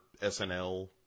SNL